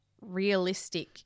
realistic